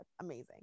Amazing